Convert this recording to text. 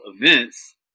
events